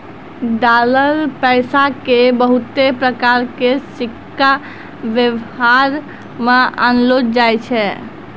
dollar पैसा के बहुते प्रकार के सिक्का वेवहार मे आनलो जाय छै